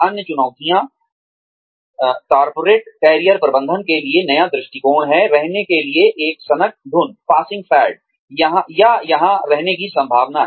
अन्य चुनौतियाँ corporate career प्रबंधन के लिए नया दृष्टिकोण है रहने के लिए एक सनकधुन या यहाँ रहने की संभावना है